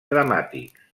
dramàtics